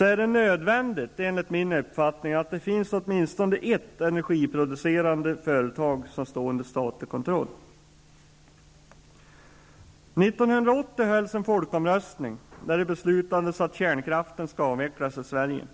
är det nödvändigt att det finns åtminstone ett energiproducerande företag som står under statlig kontroll. År 1980 hölls en folkomröstning, där det beslutades att kärnkraften skall avvecklas i Sverige.